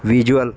visual